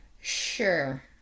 Sure